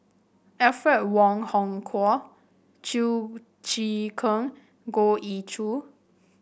Alfred Wong Hong Kwok Chew Choo Keng Goh Ee Choo